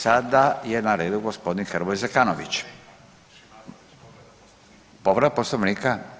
Sada je na redu g. Hrvoje Zekanović. … [[Upadica iz klupe se ne razumije]] Povreda Poslovnika?